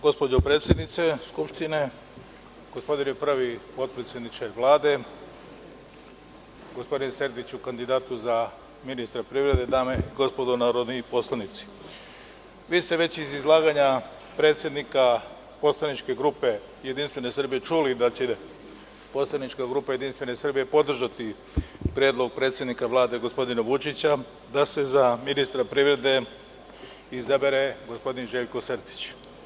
Gospođo predsednice Skupštine, gospodine prvi potpredsedniče Vlade, gospodine Sertiću kandidatu za ministra privrede, dame i gospodo narodni poslanici, vi ste već iz izlaganja predsednika poslaničke grupe JS čuli da će poslanička grupa JS podržati predlog predsednika Vlade gospodina Vučića da se za ministra privrede izabere gospodin Željko Sertić.